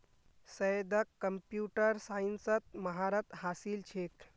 सैयदक कंप्यूटर साइंसत महारत हासिल छेक